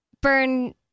burn